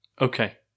Okay